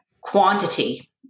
quantity